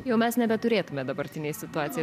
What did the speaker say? jau mes nebeturėtume dabartinėj situacijoj